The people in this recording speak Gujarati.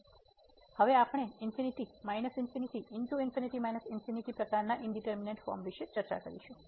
તેથી હવે આપણે પ્રકારનાં ઈંડિટરમિનેટ ફોર્મ વિશે ચર્ચા કરીશું